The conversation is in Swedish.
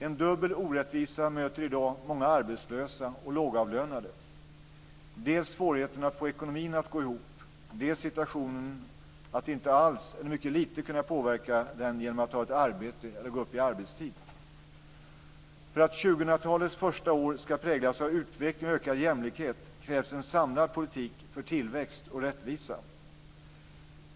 En dubbel orättvisa möter i dag många arbetslösa och lågavlönade, dels svårigheterna att få ekonomin att gå ihop, dels situationen att inte alls eller mycket lite kunna påverka den genom att ta ett arbete eller gå upp i arbetstid. För att 2000-talets första år ska präglas av utveckling och ökad jämlikhet krävs en samlad politik för tillväxt och rättvisa.